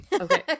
Okay